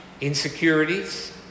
insecurities